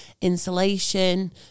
insulation